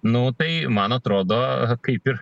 nu tai man atrodo kaip ir